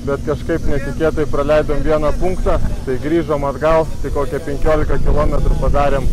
bet kažkaip netikėtai praleidom vieną punktą tai grįžom atgal tai kokią penkiolika kilometrų padarėm